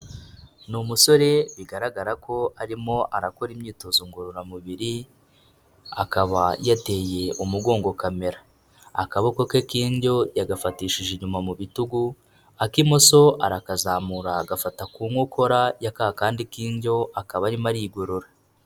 Ni umusore bigaragara ko arimo arakora imyitozo ngororamubiri, akaba yateye umugongo kamera. Akaboko ke k'indyo yagafatishije inyuma mu bitugu, ak'imoso arakazamura gafata ku nkokora ya ka kandi k'indyo, akaba arimo arigorora.